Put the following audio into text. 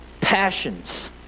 passions